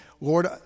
Lord